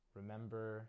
remember